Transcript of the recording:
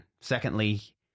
secondly